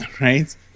Right